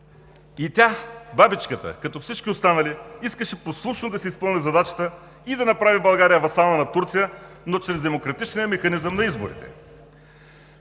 и тя, бабичката, като всички останали, искаше послушно да си изпълни задачата и да направи България васална на Турция, но чрез демократичния механизъм на изборите.